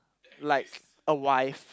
like a wife